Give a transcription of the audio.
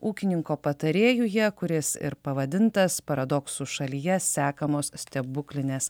ūkininko patarėjuje kuris ir pavadintas paradoksų šalyje sekamos stebuklinės